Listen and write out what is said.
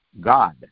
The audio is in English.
God